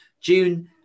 June